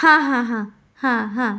हां हां हां हां हां